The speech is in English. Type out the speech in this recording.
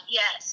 yes